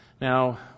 Now